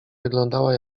wyglądała